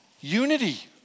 unity